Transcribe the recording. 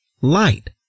light